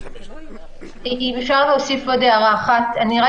אם אפשר להוסיף עוד הערה אחת נראה